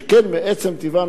שכן מעצם טיבן,